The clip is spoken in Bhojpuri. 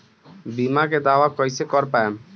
बीमा के दावा कईसे कर पाएम?